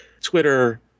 Twitter